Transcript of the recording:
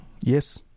yes